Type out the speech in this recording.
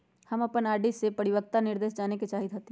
हम अपन आर.डी के परिपक्वता निर्देश जाने के चाहईत हती